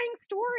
story